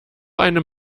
einem